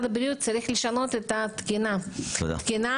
הבריאות צריך לשנות את התקינה ונוסחה,